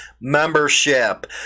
membership